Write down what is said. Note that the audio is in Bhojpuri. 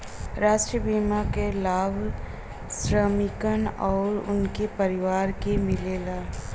राष्ट्रीय बीमा क लाभ श्रमिकन आउर उनके परिवार के मिलेला